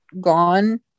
gone